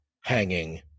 hanging